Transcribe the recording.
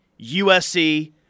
USC